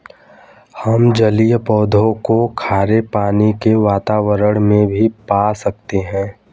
हम जलीय पौधों को खारे पानी के वातावरण में भी पा सकते हैं